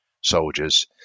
soldiers